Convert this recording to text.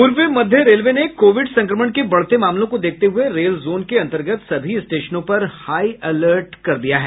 पूर्व मध्य रेलवे ने कोविड संक्रमण के बढ़ते मामलों को देखते हुए रेल जोन के अंतर्गत सभी स्टेशनों पर हाई अलर्ट पर रखा है